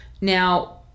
Now